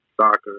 soccer